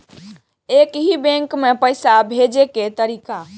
एक ही बैंक मे पैसा भेजे के तरीका?